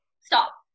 stop